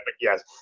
yes